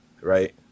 right